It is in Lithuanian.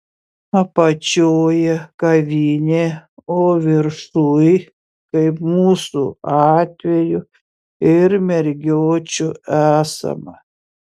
apačioje kavinė o viršuj kaip mūsų atveju ir mergiočių esama